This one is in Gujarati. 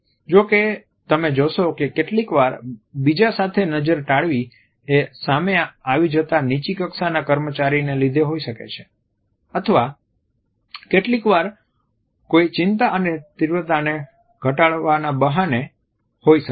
જો કે તમે જોશો કે કેટલીકવાર બીજા સાથે નજર ટાળવી એ સામે આવી જતા નીચી કક્ષાના કર્મચારીના લીધે હોઈ શકે છે અથવા કેટલીક વાર કોઈ ચિંતા અને તીવ્રતાને ઘટાડવાના બહાને હોઈ શકે છે